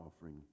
offering